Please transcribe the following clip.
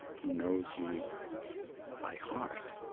who knows you by heart.